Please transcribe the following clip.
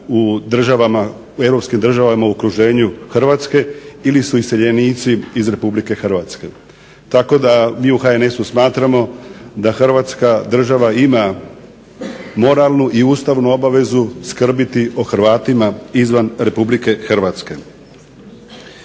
oni manjina u europskim državama u okruženju Hrvatske ili su iseljenici iz Republike Hrvatske. Tako da mi u HNS-u smatramo da Hrvatska država ima moralnu i ustavnu obavezu skrbiti o Hrvatima izvan Republike Hrvatske.